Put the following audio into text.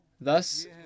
Thus